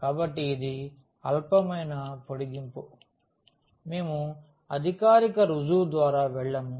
కాబట్టి ఇది అల్పమైన పొడిగింపు మేము అధికారిక రుజువు ద్వారా వెళ్ళము